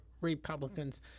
Republicans